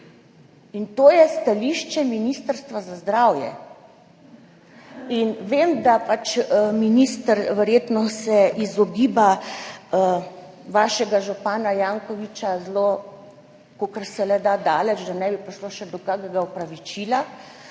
in to je stališče Ministrstva za zdravje. Vem, da se minister verjetno izogiba vašega župana Jankovića, kolikor se le da, da ne bi prišlo še do kakšnega opravičila,